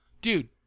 Dude